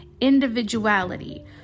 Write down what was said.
individuality